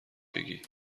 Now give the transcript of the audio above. بگی